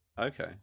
Okay